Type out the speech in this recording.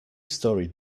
story